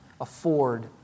afford